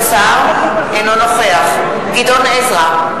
אינו נוכח גדעון עזרא,